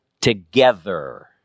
together